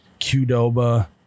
Qdoba